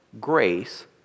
Grace